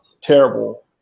terrible